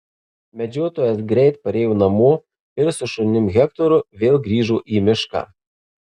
medžiotojas greit parėjo namo ir su šunim hektoru vėl grįžo į mišką